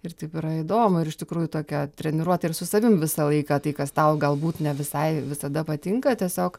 ir taip yra įdomu ir iš tikrųjų tokia treniruotė ir su savim visą laiką tai kas tau galbūt ne visai visada patinka tiesiog